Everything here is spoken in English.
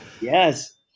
Yes